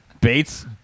Bates